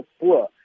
poor